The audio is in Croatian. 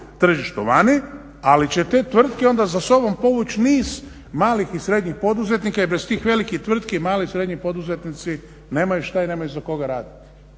tržištu vani, ali će tvrtke za sobom povući niz malih i srednjih poduzetnika i bez tih velikih tvrtki mali i srednji poduzetnici nemaju šta i nemaju za koga raditi.